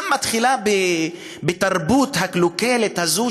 גם מתחילה בתרבות הקלוקלת הזאת,